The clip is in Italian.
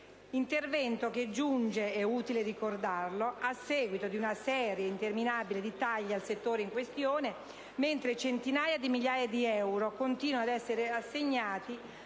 intervento che giunge - è utile ricordarlo - a seguito di una serie interminabile di tagli al settore in questione, mentre centinaia di migliaia di euro continuano ad essere assegnate